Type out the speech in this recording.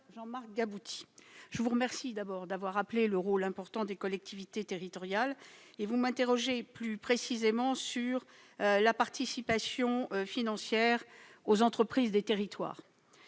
je vous remercie d'abord d'avoir rappelé le rôle important des collectivités territoriales. Vous m'interrogez plus précisément sur la participation financière aux entreprises des territoires.